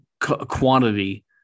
quantity